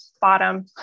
bottom